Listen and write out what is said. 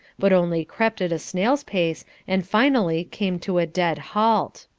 but only crept at snail's pace and finally came to a dead halt.